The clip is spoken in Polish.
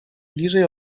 bliżej